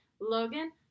Logan